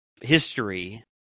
history